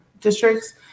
districts